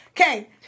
Okay